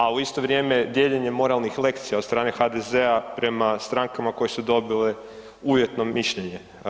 A u isto vrijeme dijeljenje moralnih lekcija od strane HDZ-a prema strankama koje su dobile uvjetno mišljenje.